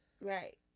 Right